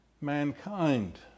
mankind